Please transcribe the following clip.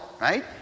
right